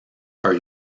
are